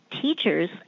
teachers